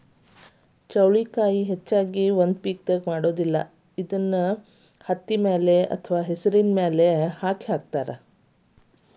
ಚೌಳಿಕಾಯಿನ ಹೆಚ್ಚಾಗಿ ಒಂದ ಪಿಕ್ ಮಾಡುದಿಲ್ಲಾ ಬದಲಾಗಿ ಹತ್ತಿಮ್ಯಾರಿ ಹೆಸರಿನ ಮ್ಯಾರಿಗೆ ಅಕ್ಡಿ ಹಾಕತಾತ